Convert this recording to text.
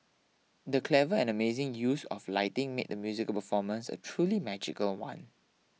the clever and amazing use of lighting made the musical performance a truly magical one